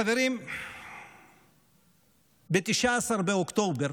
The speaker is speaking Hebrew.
חברים, ב-19 באוקטובר,